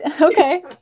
Okay